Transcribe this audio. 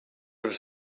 have